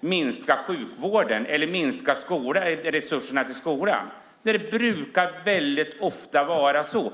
minska sjukvården eller resurserna till skolan? Nej, det brukar väldigt sällan vara så.